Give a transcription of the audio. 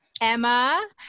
Emma